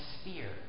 sphere